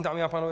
Dámy a pánové.